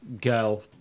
girl